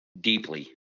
deeply